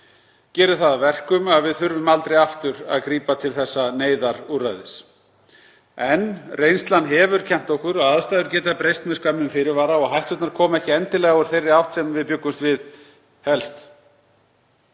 geri það að verkum að við þurfum aldrei aftur að grípa til þessa neyðarúrræðis. En reynslan hefur kennt okkur að aðstæður geta breyst með skömmum fyrirvara og hætturnar koma ekki endilega úr þeirri átt sem við bjuggumst helst